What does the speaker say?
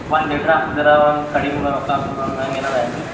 ಒಂದು ಲೀಟ್ರ್ ಹಾಲು ದರ ಒಂದು ಕಡಿಮೆ ಮಾಡಕ್ಕೆ ಆಯ್ತು ಅಂದು ಹಂಗೇನಾರೂ ಅನ್ರಿ